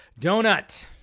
Donut